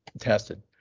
tested